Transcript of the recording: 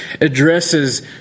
addresses